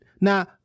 Now